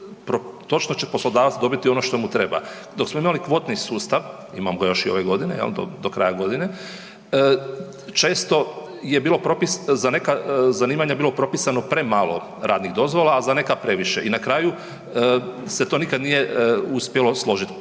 točno će poslodavac dobiti ono što mu treba. Dok smo imali kvotni sustav, imamo ga još i ove godine do kraja godine, često je bilo propisano, za neka zanimanja je bilo propisano premalo radnih dozvola, a za neka previše i na kraju se to nikad nije uspjelo složiti